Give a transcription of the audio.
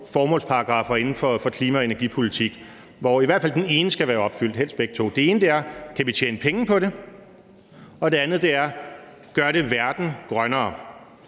formålsparagraffer inden for klima- og energipolitik, hvor i hvert fald den ene skal være opfyldt og helst begge to. Den ene er: Kan vi tjene penge på det? Og den anden er: Gør det verden grønnere?